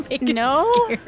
No